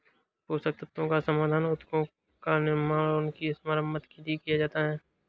पोषक तत्वों का समाधान उत्तकों का निर्माण और उनकी मरम्मत के लिए किया जाता है